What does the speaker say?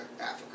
Africa